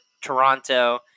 Toronto